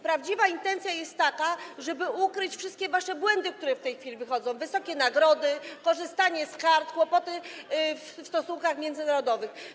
Prawdziwa intencja jest taka, żeby ukryć wszystkie wasze błędy, które w tej chwili wychodzą: wysokie nagrody, korzystanie z kart, kłopoty w stosunkach międzynarodowych.